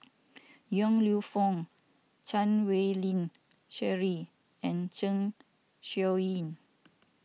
Yong Lew Foong Chan Wei Ling Cheryl and Zeng Shouyin